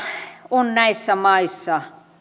on näissä maissa